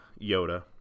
Yoda